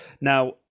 now